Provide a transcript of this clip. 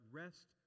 rest